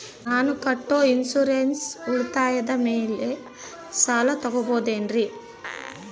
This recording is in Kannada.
ನಾನು ಕಟ್ಟೊ ಇನ್ಸೂರೆನ್ಸ್ ಉಳಿತಾಯದ ಮೇಲೆ ಸಾಲ ತಗೋಬಹುದೇನ್ರಿ?